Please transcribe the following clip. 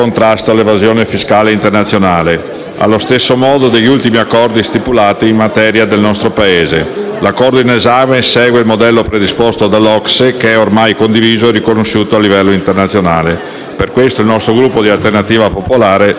allo stesso modo degli ultimi Accordi stipulati in materia dal nostro Paese. L'Accordo in esame segue il modello predisposto dall'OCSE che è ormai condiviso e riconosciuto a livello internazionale. Per questo il Gruppo Alternativa Popolare voterà a favore del provvedimento.